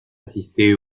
assisté